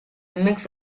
mix